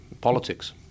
Politics